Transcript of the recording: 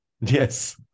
Yes